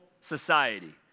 society